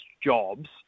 jobs